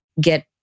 get